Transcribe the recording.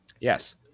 Yes